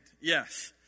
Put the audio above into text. Yes